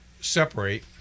separate